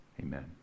Amen